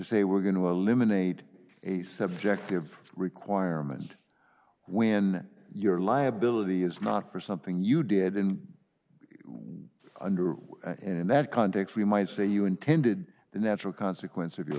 say we're going to eliminate a subjective requirement when your liability is not for something you did in under in that context you might say you intended the natural consequence of your